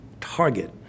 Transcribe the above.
target